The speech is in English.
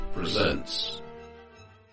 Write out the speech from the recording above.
Presents